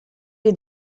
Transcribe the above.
est